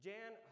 Jan